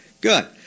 good